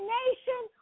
nation